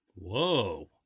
Whoa